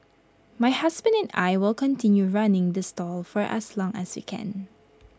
my husband and I will continue running the stall for as long as we can